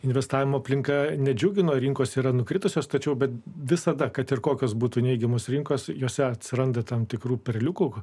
investavimo aplinka nedžiugino rinkos yra nukritusios tačiau bet visada kad ir kokios būtų neigiamos rinkos jose atsiranda tam tikrų perliukų